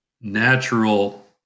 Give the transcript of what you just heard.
natural